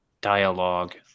dialogue